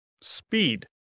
speed